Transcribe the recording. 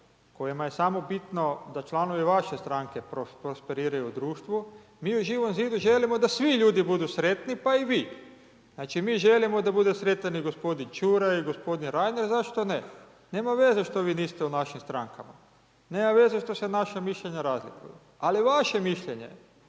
kojima je samo bitno da članovi vaše stranke prosperiraju u društvu, mi u Živom zidu želimo da svi ljudi budu sretni pa i vi. Znači mi želimo da bude sretan i gospodin Ćuraj i gospodin Reiner, zašto ne, nema veze što vi niste u našim strankama, nema veza što se naša mišljenja razlikuju. Ali je vaš mišljenje